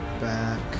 back